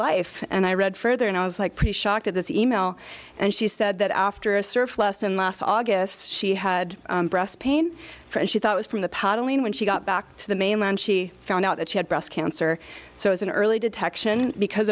life and i read further and i was like pretty shocked at this e mail and she said that after a surf lesson last august she had breast pain and she thought was from the pot only when she got back to the mainland she found out that she had breast cancer so as an early detection because